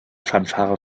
fanfare